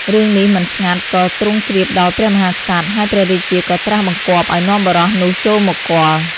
រឿងនេះមិនស្ងាត់ ក៏ទ្រង់ជ្រាបដល់ព្រះមហាក្សត្រ ហើយព្រះរាជាក៏ត្រាស់បង្គាប់ឱ្យនាំបុរសនោះចូលមកគាល់។